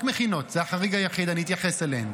רק מכינות, זה החריג היחיד, אני אתייחס אליהן.